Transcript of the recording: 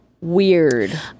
Weird